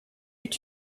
eut